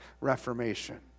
Reformation